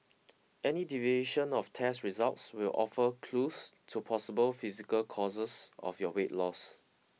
any deviation of test results will offer clues to possible physical causes of your weight loss